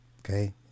Okay